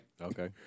Okay